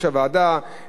על העבודה החשובה,